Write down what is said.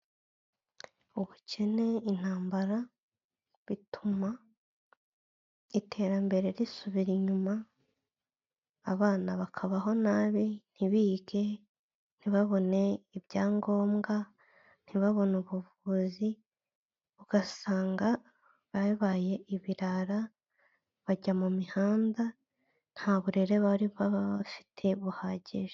Ubukene, intambara bituma iterambere risubira inyuma, abana bakabaho nabi ntibige, ntibabone ibyangombwa, ntibabone ubuvuzi ugasanga babaye ibirara, bajya mu mihanda nta burere bari bafite buhagije.